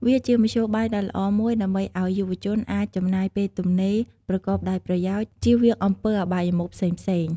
វាជាមធ្យោបាយដ៏ល្អមួយដើម្បីឱ្យយុវជនអាចចំណាយពេលទំនេរប្រកបដោយប្រយោជន៍ ជៀសវាងអំពើអបាយមុខផ្សេងៗ។